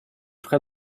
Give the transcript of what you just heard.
frais